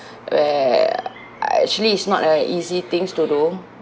where actually it's not a easy things to do